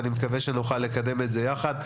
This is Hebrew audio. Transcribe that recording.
אני מקווה שנוכל לקדם את זה יחד.